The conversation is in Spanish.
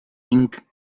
inc